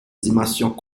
dimensions